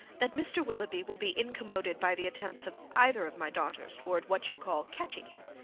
that mr. willoughby will be incommoded by the attempts of either of my daughters towards what you call catching him.